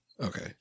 Okay